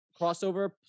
crossover